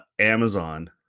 Amazon